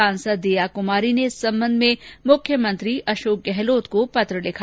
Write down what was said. सांसद दीया कुमारी ने इस सम्बन्ध में मुख्यमंत्री अशोक गहलोत को पत्र लिखा